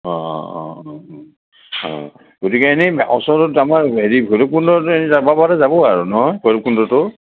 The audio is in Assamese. অঁ অঁ অঁ অঁ অ অঁ গতিকে এনেই ওচৰৰত আমাৰ হেৰি ভৈৰৱকুণ্ডটো যাব পৰা যাব আৰু নহয় ভৈৰৱকুণ্ডটো